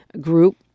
group